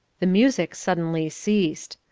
the music suddenly ceased.